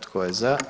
Tko je za?